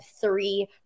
three